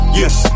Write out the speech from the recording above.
yes